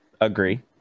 Agree